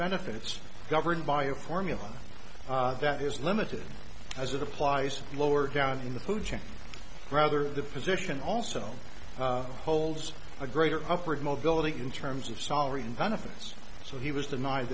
benefits governed by a formula that is limited as it applies lower down the food chain rather the physician also holds a greater upward mobility in terms of salary and benefits so he was denie